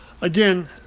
Again